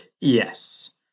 Yes